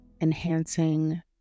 enhancing